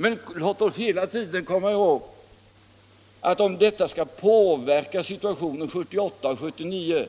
Men låt oss hela tiden komma ihåg att om detta skall påverka situationen 1978 och 1979